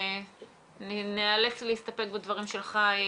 ניאלץ להסתפק בדברים שלך.